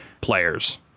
players